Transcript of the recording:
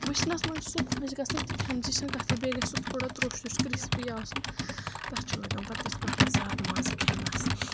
وٕچھنَس منٛز چھُ سُہ خۄش گژھان تہٕ کھیٚن چہِ چھَنہٕ کَتھٕے بیٚیہِ گژھِ سُہ تھوڑا تُرٛوٚش تُرٛوٚش کِرسپی آسُن تَتھ چھُ لَگَان پَتہٕ تِتھ کٲنٛٹھۍ زیادٕ مَزٕ کھیٚنَس